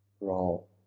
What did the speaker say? role